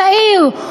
צעיר,